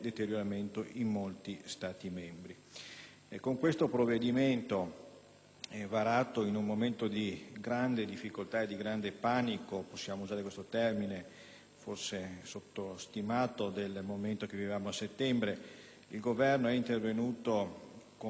in discussione, varato in un momento di grande difficoltà e di grande panico, possiamo usare questo termine, forse sottostimando il momento che vivevamo a settembre, il Governo è intervenuto con prontezza e determinazione